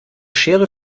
schere